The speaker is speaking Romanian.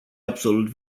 absolut